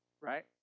right